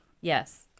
yes